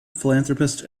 philanthropist